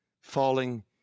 falling